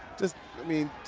just, i mean,